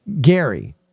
Gary